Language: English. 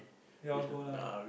you all go lah